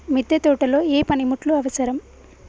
మిద్దె తోటలో ఏ పనిముట్లు అవసరం?